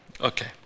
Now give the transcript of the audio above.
Okay